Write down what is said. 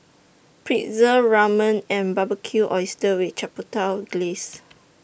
Pretzel Ramen and Barbecued Oysters with Chipotle Glaze